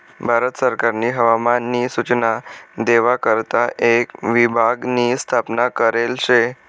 भारत सरकारनी हवामान नी सूचना देवा करता एक विभाग नी स्थापना करेल शे